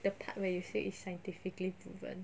the part where you say it's scientifically proven